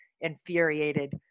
infuriated